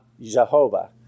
Jehovah